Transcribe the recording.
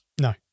No